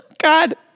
God